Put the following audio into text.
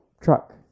truck